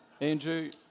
Andrew